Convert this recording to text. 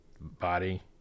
body